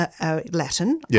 Latin